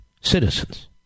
citizens